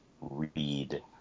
read